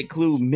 Clue